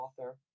author